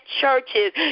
churches